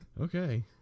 Okay